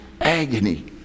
agony